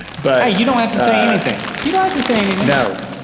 but you don't have to say anything, you don't have to say anything. no,